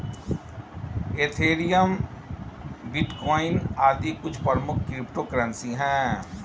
Ethereum, bitcoin आदि कुछ प्रमुख क्रिप्टो करेंसी है